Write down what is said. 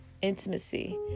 intimacy